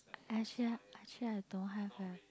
actually actually I don't have eh